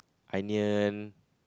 onion